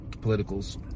Politicals